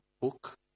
book